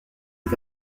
est